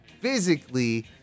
physically